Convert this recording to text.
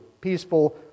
peaceful